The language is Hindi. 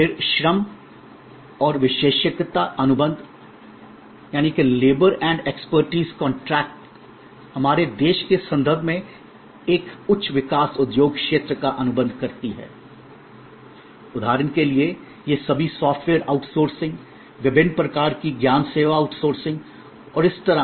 फिर श्रम और विशेषज्ञता अनुबंध labour and expertise contract labor and expertise contracts हमारे देश के संदर्भ में एक उच्च विकास उद्योग क्षेत्र का अनुबंध करती है उदाहरण के लिए ये सभी सॉफ्टवेयर आउटसोर्सिंग विभिन्न प्रकार की ज्ञान सेवा आउटसोर्सिंग और इसी तरह